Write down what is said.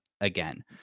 again